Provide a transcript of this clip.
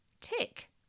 Tick